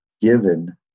given